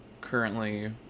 currently